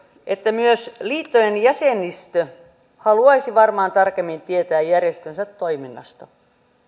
että myös liittojen jäsenistö haluaisi varmaan tarkemmin tietää järjestönsä toiminnasta